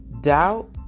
Doubt